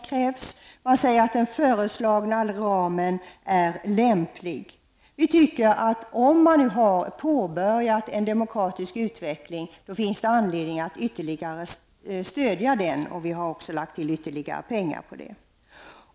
Vidare säger man att den föreslagna ramen är lämplig. Men om en demokratisk utveckling har påbörjats, finns det enligt vår mening anledning att ytterligare stödja denna. Vi har således lagt till ytterligare en summa pengar här.